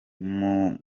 mwe